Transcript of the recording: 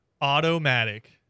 Automatic